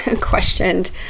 questioned